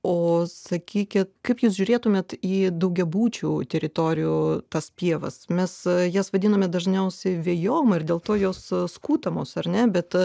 o sakykit kaip jūs žiūrėtumėte į daugiabučių teritorijų tas pievas mes jas vadinome dažniausiai vėjom ir dėl to jos skutamos ar ne bet